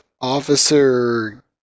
Officer